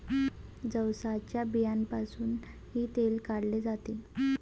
जवसाच्या बियांपासूनही तेल काढले जाते